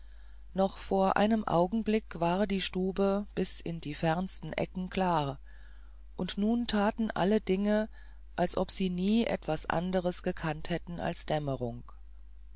noch vor einem augenblick war die stube bis in die fernsten ecken klar und nun taten alle dinge als ob sie nie etwas anderes gekannt hätten als dämmerung